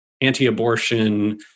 anti-abortion